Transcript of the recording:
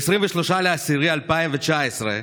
ב-23 באוקטובר 2019,